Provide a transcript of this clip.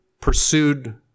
pursued